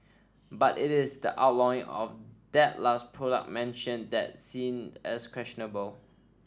but it is the outlawing of that last product mentioned that's seen as questionable